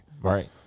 right